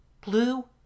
Blue